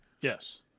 Yes